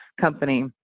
company